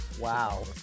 Wow